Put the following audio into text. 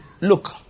look